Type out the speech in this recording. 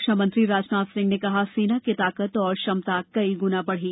रक्षा मंत्री राजनाथ सिंह ने कहा सेना की ताकत और क्षमता कई गुना बढ़ी